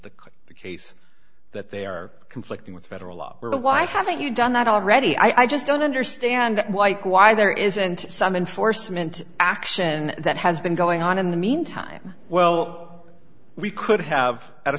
the case that they are conflicting with federal law why haven't you done that already i just don't understand why kwai there isn't some enforcement action that has been going on in the meantime well we could have at a